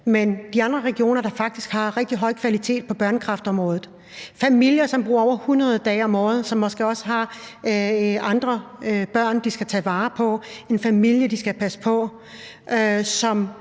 men de andre regioner, der faktisk har en rigtig høj kvalitet på børnekræftområdet. Der er familier, som bruger over 100 dage om året på det, og som måske også har andre børn, som de skal tage vare på, en familie, som de skal passe på, og